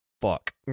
fuck